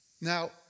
Now